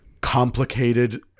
complicated